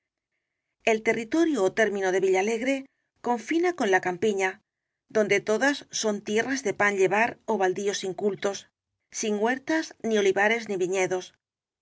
el territorio ó término de viilalegre confina con la campiña donde todas son tierras de pan llevar ó baldíos incultos sin huertas ni olivares ni viñe